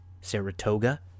Saratoga